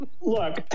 look